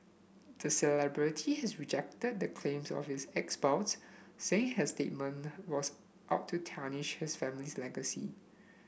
the celebrity has rejected the claims of his ex spouse saying her statement was out to tarnish his family's legacy